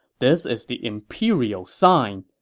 this is the imperial sign.